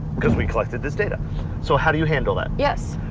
because we collected this data so how do you handle it. yes.